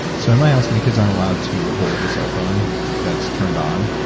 so in my house, my kids aren't allowed to hold a cellphone that's turned on.